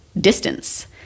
distance